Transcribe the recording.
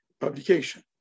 publication